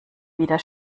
wieder